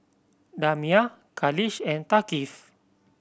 Damia Khalish and Thaqif